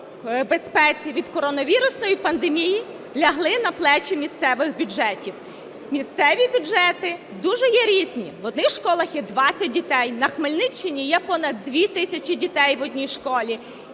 безпеці від коронавірусної пандемії лягли на плечі місцевих бюджетів. Місцеві бюджети дуже є різні, в одних школах є 20 дітей, на Хмельниччині є понад 2 тисячі дітей в одній школі.